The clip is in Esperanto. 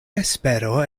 espero